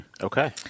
Okay